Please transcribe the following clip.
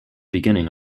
beginning